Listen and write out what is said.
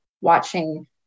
watching